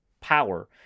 power